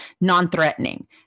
non-threatening